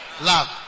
Love